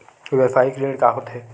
व्यवसायिक ऋण का होथे?